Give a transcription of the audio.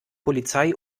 polizei